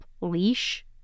leash